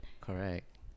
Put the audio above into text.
Correct